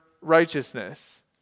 righteousness